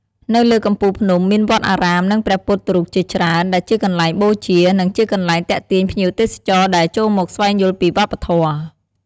នៅលើកំពូលភ្នំមានវត្តអារាម និងព្រះពុទ្ធរូបជាច្រើន ដែលជាកន្លែងបូជា និងជាកន្លែងទាក់ទាញភ្ញៀវទេសចរដែលចូលមកស្វែងយល់ពីវប្បធម៌ ។